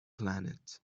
planet